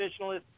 traditionalist